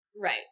Right